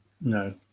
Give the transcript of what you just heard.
No